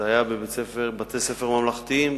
זה היה בבתי-ספר ממלכתיים,